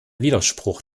widerspruch